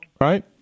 Right